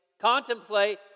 contemplate